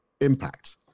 impact